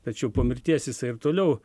tačiau po mirties jisai ir toliau